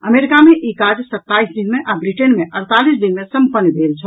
America मे ई काज सत्ताईस दिन मे आ ब्रिटेन मे अड़तालीस दिन मे सम्पन्न भेल छल